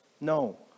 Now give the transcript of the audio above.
No